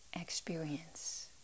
Experience